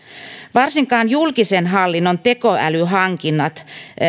varsinkaan julkisen hallinnon tekoälyhankinnat